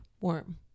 warm